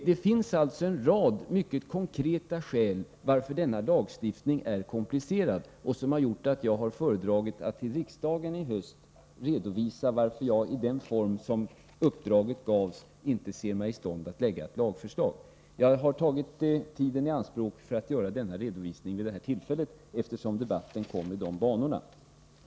Det finns alltså en rad mycket konkreta skäl till att denna lagstiftning är komplicerad, vilket har gjort att jag föredragit att i höst till riksdagen | redovisa varför jag i den form som uppdraget gavs anser mig inte vara i stånd att lägga fram något förslag till lagstiftning. 17 hindra att värdefull konst säljs till utlandet Jag har tagit tiden i anspråk för att göra denna redovisning vid detta tillfälle, eftersom debatten kom i dessa banor.